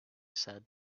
said